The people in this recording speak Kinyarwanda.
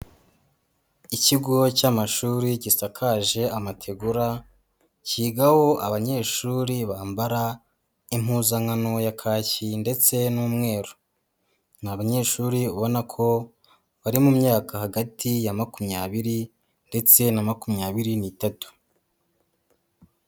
Ikigo cy'amashuri gisakaje amategura, cyigaho abanyeshuri bambara impuzankano ya kaki ndetse n'umweru. Ni abanyeshuri ubona ko bari mu myaka hagati ya makumyabiri ndetse na makumyabiri n'itatu.